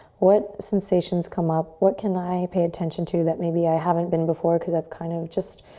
what sensations come up? what can i pay attention to that maybe i haven't been before because i've kind of just,